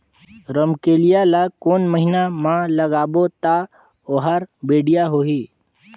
रमकेलिया ला कोन महीना मा लगाबो ता ओहार बेडिया होही?